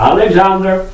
Alexander